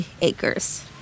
acres